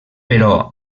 però